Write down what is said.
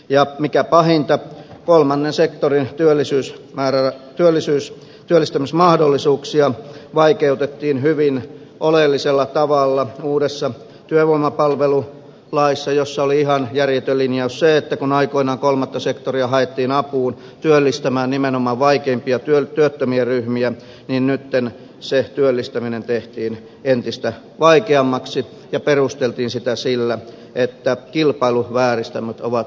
ja mikä pahinta kolmannen sektorin työllistämismahdollisuuksia vaikeutettiin hyvin oleellisella tavalla uudessa työvoimapalvelulaissa jossa oli ihan järjetön linjaus se että kun aikoinaan kolmatta sektoria haettiin apuun työllistämään nimenomaan vaikeimpia työttömien ryhmiä nyt työllistäminen tehtiin entistä vaikeammaksi ja sitä perusteltiin sillä että kilpailuvääristymät ovat ilmeisiä